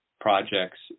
projects